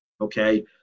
okay